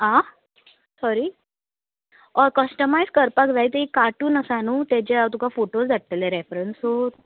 आं सॉरी होय कस्टमायज करपाक जाय ते एक कार्टून आसा न्हू तेजे हांव तुका फोटो धाडटले रेफ्रंसूत सो